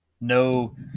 No